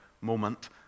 moment